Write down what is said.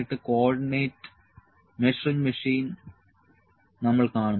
എന്നിട്ട് coordinate measuring machine നമ്മൾ കാണും